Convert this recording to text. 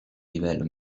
livello